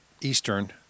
Eastern